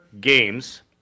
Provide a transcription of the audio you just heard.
games